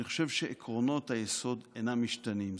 אני חושב שעקרונות היסוד אינם משתנים.